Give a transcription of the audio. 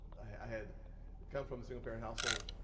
i had come from a single-parent household,